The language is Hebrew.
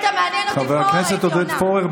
חבר הכנסת עודד פורר,